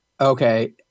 okay